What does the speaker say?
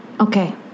okay